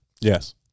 Yes